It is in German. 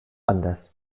anders